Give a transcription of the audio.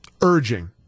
urging